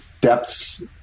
Depths